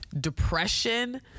depression